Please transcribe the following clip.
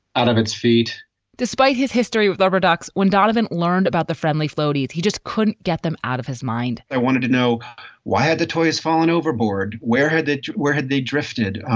out of its feet despite his history with redux, when donovan learned about the friendly floaties, he just couldn't get them out of his mind i wanted to know why had the toya's fallen overboard? where had it? where had they drifted?